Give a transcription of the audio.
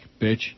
bitch